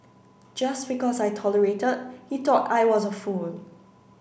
just because I tolerated he thought I was a fool